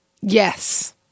yes